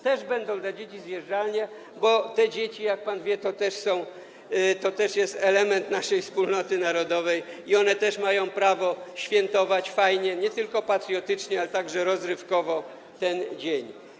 Też będą dla dzieci zjeżdżalnie, bo te dzieci, jak pan wie, to też jest element naszej wspólnoty narodowej i one też mają prawo świętować fajnie, nie tylko patriotycznie, ale także rozrywkowo ten dzień.